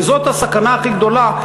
וזאת הסכנה הכי גדולה,